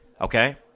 Okay